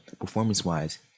performance-wise